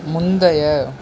முந்தைய